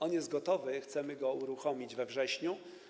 On jest gotowy i chcemy go uruchomić we wrześniu.